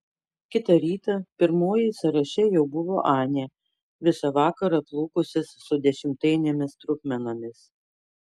kitą rytą pirmoji sąraše jau buvo anė visą vakarą plūkusis su dešimtainėmis trupmenomis